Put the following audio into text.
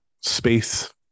space